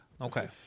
Okay